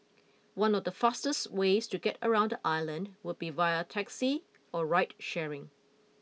one of the fastest ways to get around the island would be via taxi or ride sharing